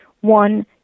one